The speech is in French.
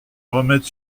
remettre